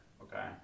okay